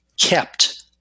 kept